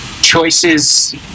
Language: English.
choices